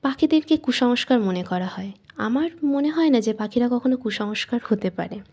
পাখিদেরকে কুসংস্কার মনে করা হয় আমার মনে হয় না যে পাখিরা কখনও কুসংস্কার হতে পারে